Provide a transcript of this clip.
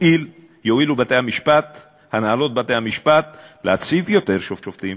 יואילו הנהלות בתי-המשפט להציב יותר שופטים.